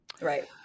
Right